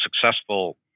successful